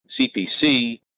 CPC